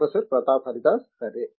professor Pratap Haridas సరే